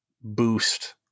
boost